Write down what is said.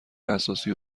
اساسی